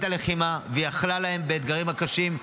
הלחימה ויכולה להם באתגרים הקשים,